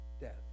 death